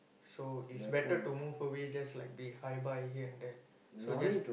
so is better to move away just like be hi bye here and there so just